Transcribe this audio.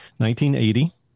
1980